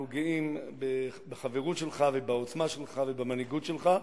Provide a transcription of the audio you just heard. אנחנו גאים בחברות שלך ובעוצמה שלך ובמנהיגות שלך,